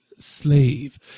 slave